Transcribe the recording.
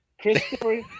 Christopher